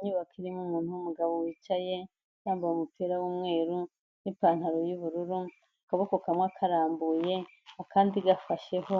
Inyubako irimo umuntu w'umugabo wicaye. Yambaye umupira w'umweru n'ipantaro y'ubururu. Akaboko kamwe akarambuye, akandi gafasheho.